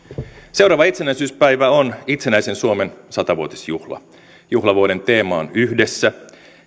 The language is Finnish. seuraava itsenäisyyspäivä on itsenäisen suomen satavuotisvuotisjuhla juhlavuoden teema on yhdessä